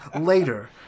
Later